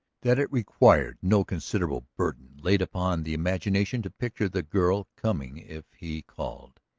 that it required no considerable burden laid upon the imagination to picture the girl coming if he called.